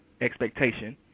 expectation